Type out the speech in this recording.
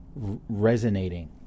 resonating